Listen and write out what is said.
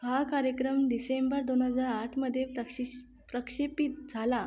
हा कार्यक्रम डिसेंबर दोन हजार आठमध्ये प्रक्षिश प्रक्षेपित झाला